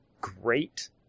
great